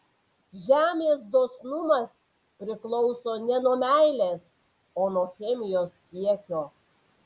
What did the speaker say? žemės dosnumas priklauso ne nuo meilės o nuo chemijos kiekio